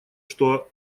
что